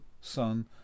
sun